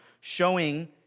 showing